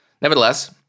Nevertheless